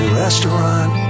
restaurant